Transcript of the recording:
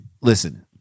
Listen